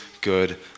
good